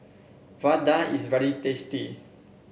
Vadai is very tasty